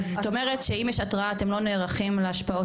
זאת אומרת שאם יש התרעה אתם לא נערכים להשפעות